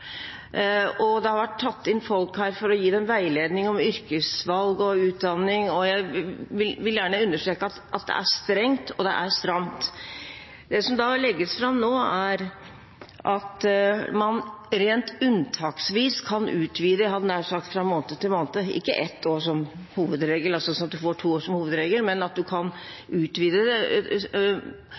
Det har vært tatt inn folk her for å gi dem veiledning om yrkesvalg og utdanning, og jeg vil gjerne understreke at det er strengt, og det er stramt. Det som da legges fram nå, er at man rent unntaksvis kan utvide – jeg hadde nær sagt fra måned til måned, ikke sånn at man får to år som hovedregel, men at man kan utvide det